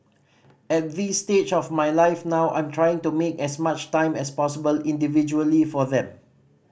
at this stage of my life now I'm trying to make as much time as possible individually for them